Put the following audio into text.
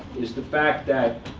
is the fact that